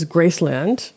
Graceland